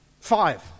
Five